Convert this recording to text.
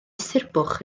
surbwch